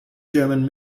german